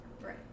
Right